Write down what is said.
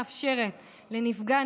מאפשרת לנפגע,